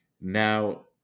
Now